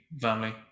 family